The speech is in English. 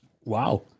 Wow